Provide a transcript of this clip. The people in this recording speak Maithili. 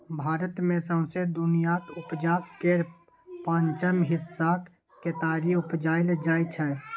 भारत मे सौंसे दुनियाँक उपजाक केर पाँचम हिस्साक केतारी उपजाएल जाइ छै